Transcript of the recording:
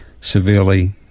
severely